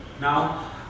Now